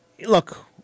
Look